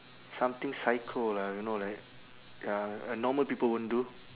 something psycho lah you know like ya uh normal people won't do